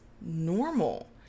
normal